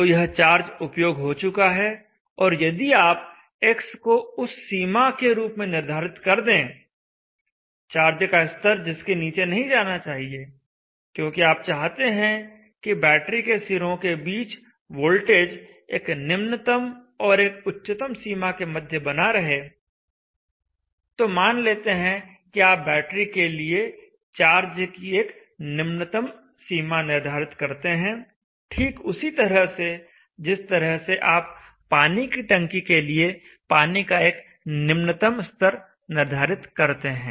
तो यह चार्ज उपयोग हो चुका है और यदि आप x को उस सीमा के रूप में निर्धारित कर दें चार्ज का स्तर जिसके नीचे नहीं जाना चाहिए क्योंकि आप चाहते हैं कि बैटरी के सिरों के बीच वोल्टेज एक निम्नतम और एक उच्चतम सीमा के मध्य बना रहे तो मान लेते हैं कि आप बैटरी के लिए चार्ज की एक निम्नतम सीमा निर्धारित करते हैं ठीक उसी तरह से जिस तरह से आप पानी की टंकी के लिए पानी का एक निम्नतम स्तर निर्धारित करते हैं